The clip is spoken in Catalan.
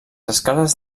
escales